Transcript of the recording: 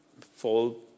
fall